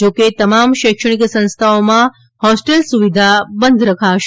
જો કે તમામ શૈક્ષણિક સંસ્થાઓમાં હૉસ્ટેલ સુવિધા બંધ રખાશે